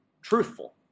truthful